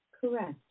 Correct